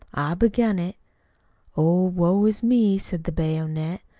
begun it oh, woe is me, said the bayonet,